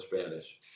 Spanish